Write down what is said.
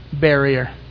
barrier